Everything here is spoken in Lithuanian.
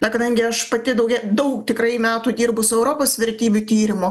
na kadangi aš pati daugia daug tikrai metų dirbu su europos vertybių tyrimu